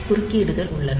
குறுக்கீடுகள் உள்ளன